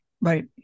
Right